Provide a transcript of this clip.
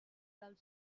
del